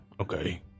Okay